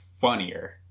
funnier